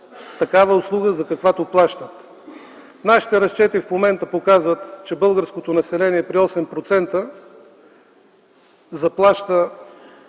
такава услуга, за каквато плащат. Нашите разчети в момента показват, че българското население при 8% заплаща